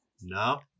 no